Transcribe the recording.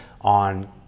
on